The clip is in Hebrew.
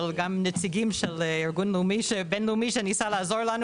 גם עם נציגים של ארגון בין-לאומי שניסה לעזור לנו,